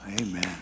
Amen